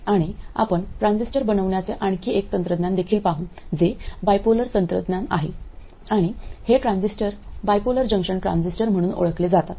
आणि आपण ट्रान्झिस्टर बनवण्याचे आणखी एक तंत्रज्ञान देखील पाहू जे बायपोलर तंत्रज्ञान आहे आणि हे ट्रांजिस्टर बायपोलर जंक्शन ट्रान्झिस्टर म्हणून ओळखले जातात